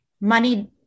money